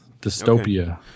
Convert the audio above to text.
Dystopia